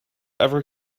ever